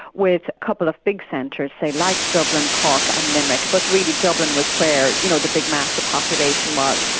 with a couple of big centres, say like dublin, cork and limerick, but really dublin was where you know the big mass of population was.